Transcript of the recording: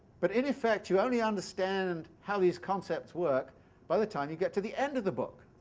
but in effect you only understand how these concepts work by the time you get to the end of the book.